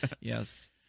Yes